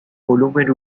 volumen